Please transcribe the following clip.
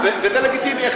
וזה לגיטימי,